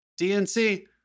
DNC